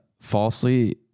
falsely